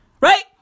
Right